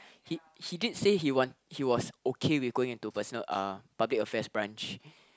he he did say he want he was okay with going into personal uh public affairs branch